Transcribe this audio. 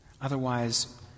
Otherwise